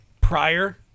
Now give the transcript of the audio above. prior